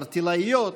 ערטילאיות,